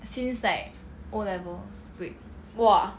!wah!